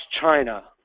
China